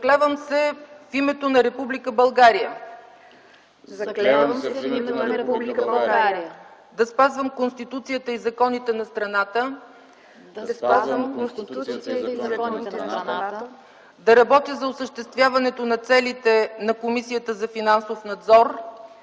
„Заклевам се в името на Република България да спазвам Конституцията и законите на страната, да работя за осъществяването на целите на Комисията за финансов надзор,